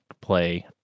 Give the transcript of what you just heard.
play